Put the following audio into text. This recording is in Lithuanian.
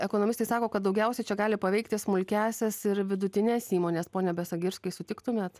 ekonomistai sako kad daugiausiai čia gali paveikti smulkiąsias ir vidutines įmones pone besagirskai sutiktumėt